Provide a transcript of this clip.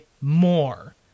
more